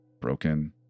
broken